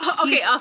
Okay